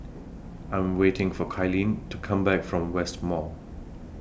I'm waiting For Kaylene to Come Back from West Mall